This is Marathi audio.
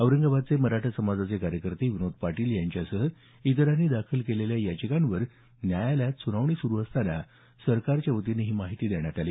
औरंगाबादचे मराठा समाजाचे कार्यकर्ते विनोद पाटील यांच्यासह इतरांनी दाखल केलेल्या याचिकांवर न्यायालयात सुनावणी सुरू असताना सरकारच्यावतीनं ही माहिती देण्यात आली